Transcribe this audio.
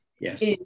Yes